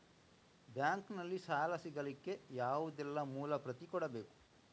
Bank ನಲ್ಲಿ ಸಾಲ ಸಿಗಲಿಕ್ಕೆ ಯಾವುದೆಲ್ಲ ಮೂಲ ಪ್ರತಿ ಕೊಡಬೇಕು?